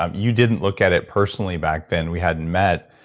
ah you didn't look at it personally back then we hadn't met.